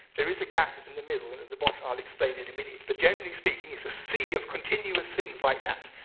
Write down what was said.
there is a gap in the middle and at the bottom. i'll explain in a minute. but generally speaking, it's a sea of continuous things like that.